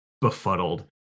befuddled